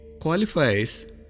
qualifies